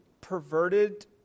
perverted